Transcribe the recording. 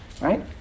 Right